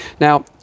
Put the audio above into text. Now